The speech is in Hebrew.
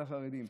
על החרדים.